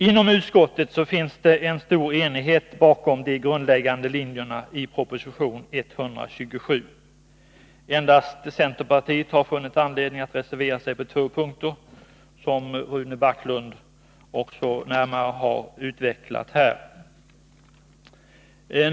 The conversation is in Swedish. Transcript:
Inom utskottet finns det en stor enighet bakom de grundläggande linjerna i proposition 127. Endast centerpartiet har funnit anledning att reservera sig på två punkter, som Rune Backlund också närmare har utvecklat här.